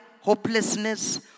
hopelessness